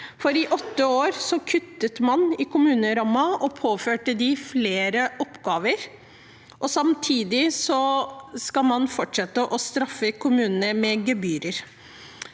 for i åtte år kuttet man i kommunerammen og påførte dem flere oppgaver. Samtidig skal man fortsette å straffe kommunene med gebyrer.